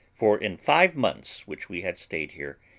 for in five months which we had stayed here,